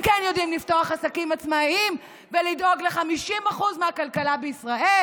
הם כן יודעים לפתוח עסקים עצמאיים ולדאוג ל-50% מהכלכלה בישראל,